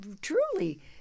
truly